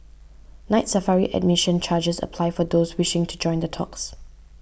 Night Safari admission charges apply for those wishing to join the talks